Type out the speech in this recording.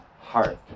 heart